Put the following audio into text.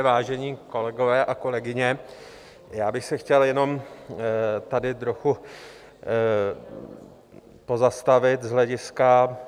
Vážené kolegové a kolegyně, já bych se chtěl jenom tady trochu pozastavit z hlediska...